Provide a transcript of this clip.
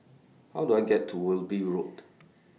How Do I get to Wilby Road